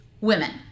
women